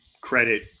credit